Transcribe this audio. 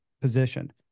position